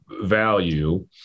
Value